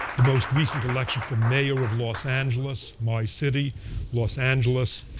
the most recent election for mayor of los angeles, my city los angeles,